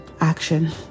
action